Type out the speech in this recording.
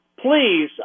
Please